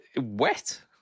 Wet